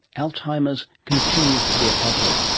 alzheimer's continues to be a puzzle.